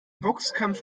boxkampf